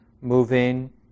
moving